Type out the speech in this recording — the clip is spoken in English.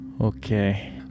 Okay